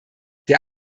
der